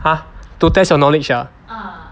!huh! to test your knowledge ah